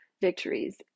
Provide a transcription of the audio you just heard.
victories